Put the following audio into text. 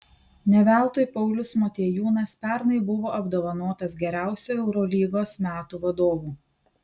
ne veltui paulius motiejūnas pernai buvo apdovanotas geriausiu eurolygos metų vadovu